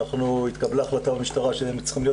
התקבלה החלטה במשטרה שהם צריכים להיות